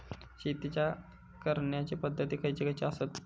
शेतीच्या करण्याचे पध्दती खैचे खैचे आसत?